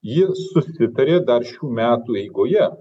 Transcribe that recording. ji susitarė dar šių metų eigoje